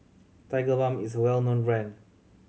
Tigerbalm is well known brand